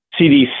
CDC